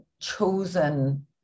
chosen